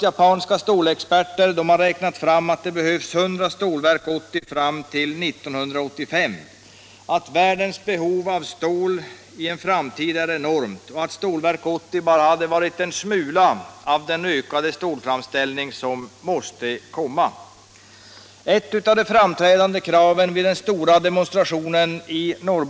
Japanska stålexperter har vidare räknat fram att det behövs 100 Stålverk 80 fram till 1985, att världens behov av stål i en framtid är enormt och att Stålverk 80 bara hade varit en smula i den ökade stålframställning som måste komma. Ett av de framträdande kraven vid den stora demonstrationen i Norr .